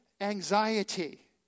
anxiety